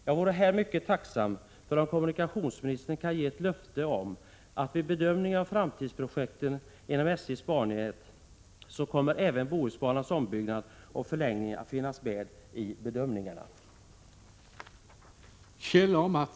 Jag vore mycket tacksam om kommunikationsministern kunde ge ett löfte om att Bohusbanans ombyggnad och förlängning kommer att finnas med vid bedömningen av framtidsprojekten inom SJ:s bannät.